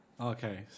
Okay